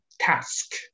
task